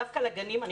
דווקא לגנים יש מתווה.